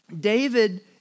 David